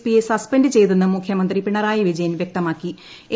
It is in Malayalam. പി യെ സസ്പെന്റ് ചെയ്തെന്നും മുഖൃമന്ത്രി പിണറായി വിജയൻ എ